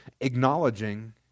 acknowledging